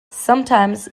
sometimes